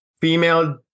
female